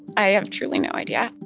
i have truly no idea.